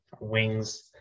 wings